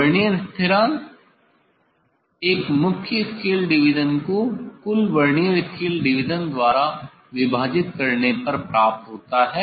vernier स्थिरांक एक मुख्य स्केल डिवीजन को कुल वर्नियर स्केल डिवीजन द्वारा विभाजित करने पर प्राप्त होता है